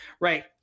Right